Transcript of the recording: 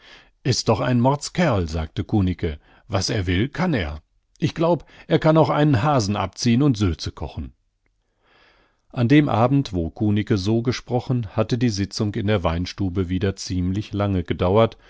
is doch ein mordskerl sagte kunicke was er will kann er ich glaub er kann auch einen hasen abziehn und sülze kochen an dem abend wo kunicke so gesprochen hatte die sitzung in der weinstube wieder ziemlich lange gedauert